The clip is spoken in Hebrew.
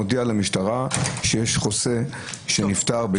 מודיע למשטרה שיש חוסה שנפטר,